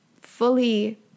fully